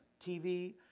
TV